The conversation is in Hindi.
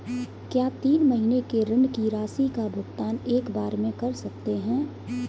क्या तीन महीने के ऋण की राशि का भुगतान एक बार में कर सकते हैं?